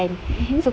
mmhmm